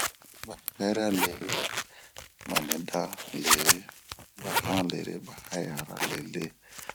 bahayira lere, banidan lere, bahana lere, bahayara lere..